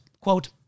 quote